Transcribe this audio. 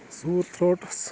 سور تھرٛوٹَس